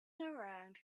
around